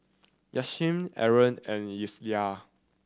Yasmin Aaron and Elyas